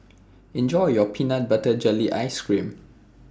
Enjoy your Peanut Butter Jelly Ice Cream